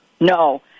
No